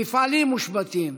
מפעלים מושבתים,